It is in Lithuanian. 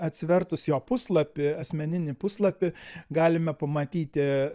atsivertus jo puslapį asmeninį puslapį galime pamatyti